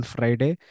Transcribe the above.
Friday